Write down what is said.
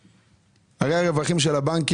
אחר כך נריב כמה לתת.